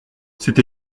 c’est